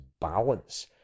balance